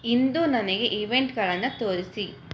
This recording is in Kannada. ಇಂದು ನನಗೆ ಇವೆಂಟ್ಗಳನ್ನು ತೋರಿಸಿ